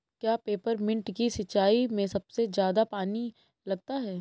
क्या पेपरमिंट की सिंचाई में सबसे ज्यादा पानी लगता है?